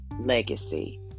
legacy